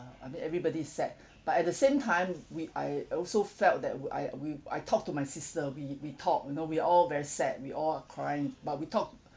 I mean everybody is sad but at the same time we I also felt that w~ I we I talked to my sister we we talk you know we're all very sad we all are crying but we talked